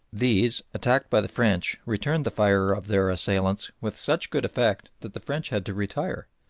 these, attacked by the french, returned the fire of their assailants with such good effect that the french had to retire.